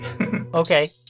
Okay